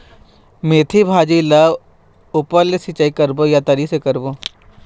मेंथी भाजी ला ऊपर से सिचाई करबो या तरी से करबो?